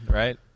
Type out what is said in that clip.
right